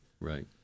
Right